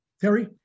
Terry